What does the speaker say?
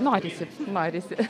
norisi norisi